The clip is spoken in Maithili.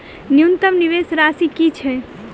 न्यूनतम निवेश राशि की छई?